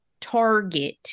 target